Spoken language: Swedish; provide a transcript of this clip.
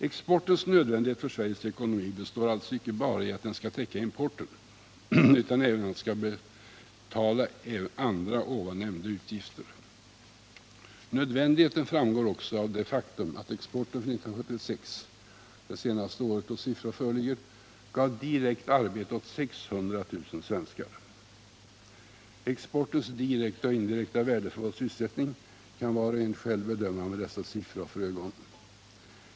Exportens nödvändighet för Sveriges ekonomi består alltså icke bara i att den skall täcka importen utan även i att den skall betala andra utgifter som jag nyss gav exempel på. Nödvändigheten framgår också av det faktum att exporten för 1976 — det senaste år för vilket siffror föreligger — gav direkt arbete åt 600 000 svenskar. Exportens direkta och indirekta värde för vår sysselsättning kan var och en själv bedöma med dessa siffror för ögonen.